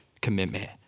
commitment